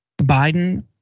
Biden